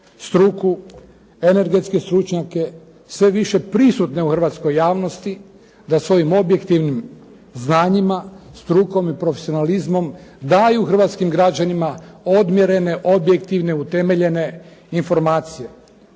struku, energetske stručnjake, sve više prisutne u Hrvatskoj javnosti da svojim objektivnim znanjima, strukom i profesionalizmom daju Hrvatskom građanima odmjerene objektivne, utemeljene informacije.